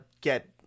get